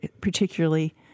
particularly